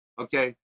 Okay